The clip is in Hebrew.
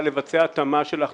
אתה יכול לגשת לערכאות,